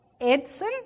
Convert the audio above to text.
Edson